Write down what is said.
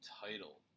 title